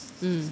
mm